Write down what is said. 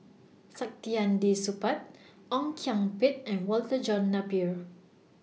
Saktiandi Supaat Ong Kian Peng and Walter John Napier